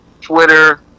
Twitter